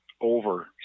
over